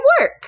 work